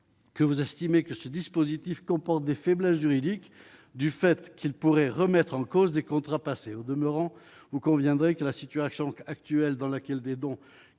Que vous estimez que ce dispositif comporte des faiblesses juridiques du fait qu'il pourrait remettre en cause des contrats passés au demeurant, vous conviendrez que la situation qu'actuelle dans laquelle des dons